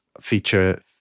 feature